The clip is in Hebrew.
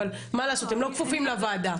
אבל הם לא כפופים לוועדה,